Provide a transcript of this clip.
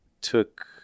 took